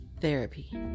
therapy